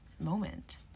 moment